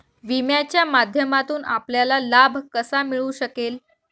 विम्याच्या माध्यमातून आपल्याला लाभ कसा मिळू शकेल?